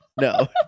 No